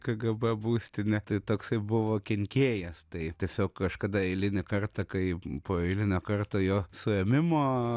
kgb būstinę tai toksai buvo kenkėjas tai tiesiog kažkada eilinį kartą kai po eilinio karto jo suėmimo